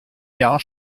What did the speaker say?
jahr